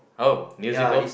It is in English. oh musical